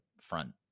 front